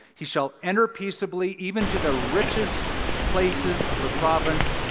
he shall enter peaceably even to the richest places of the province.